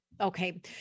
Okay